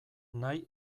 nahi